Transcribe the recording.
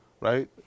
right